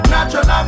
Natural